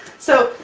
so,